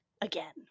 again